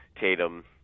Tatum